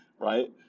right